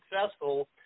successful